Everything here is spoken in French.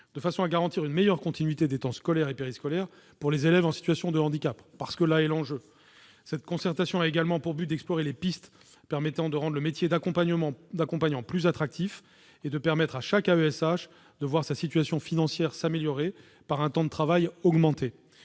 afin de garantir une meilleure continuité des temps scolaires et périscolaires pour les élèves en situation de handicap, parce que là est l'enjeu. Cette concertation a également pour but d'explorer les pistes permettant de rendre le métier d'accompagnant plus attractif et de permettre à chaque AESH de voir sa situation financière s'améliorer par un temps de travail augmenté